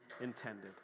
intended